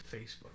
Facebook